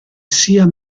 sia